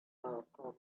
malcolm